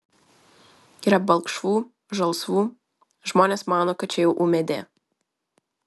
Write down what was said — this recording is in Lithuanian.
yra balkšvų žalsvų žmonės mano kad čia jau ūmėdė